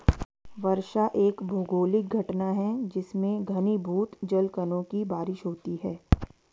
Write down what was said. वर्षा एक भौगोलिक घटना है जिसमें घनीभूत जलकणों की बारिश होती है